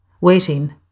waiting